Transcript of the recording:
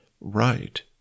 Right